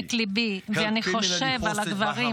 מעומק ליבי לכל משפחות הקורבנות.